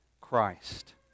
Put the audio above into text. Christ